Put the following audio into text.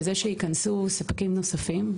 בזה שהיא ייכנסו ספקים נוספים,